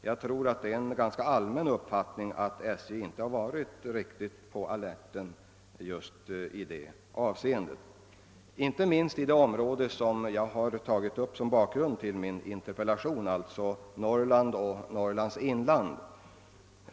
Det är nog en ganska allmän uppfattning att SJ inte har varit riktigt på alerten därvidlag, och detta gäller inte minst det område som jag har berört i min interpellation, nämligen Norrland och speciellt dess inland.